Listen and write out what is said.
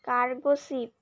cargo ship